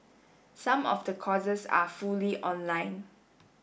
some of the courses are fully online